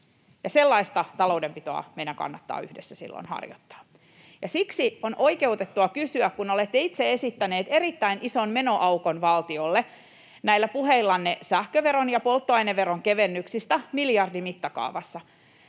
Sellaista taloudenpitoa meidän kannattaa yhdessä silloin harjoittaa. Olette itse esittäneet erittäin ison menoaukon valtiolle näillä puheillanne sähköveron ja polttoaineveron kevennyksistä miljardimittakaavassa,